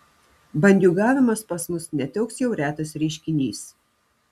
bandiūgavimas pas mus ne toks jau retas reiškinys